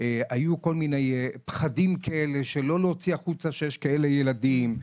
היו פחדים שלא להוציא החוצה שיש כאלה ילדים,